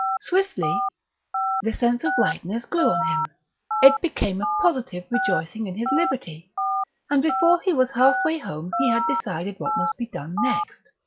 swiftly the sense of lightness grew on him it became a positive rejoicing in his liberty and before he was halfway home he had decided what must be done next.